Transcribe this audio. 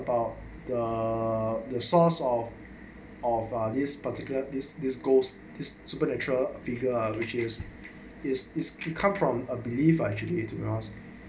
about the the source of of far this particular this discourse this supernatural figure out which is is is he come from a belief I should eat grass